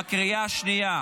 בקריאה השנייה.